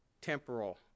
temporal